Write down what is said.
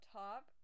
top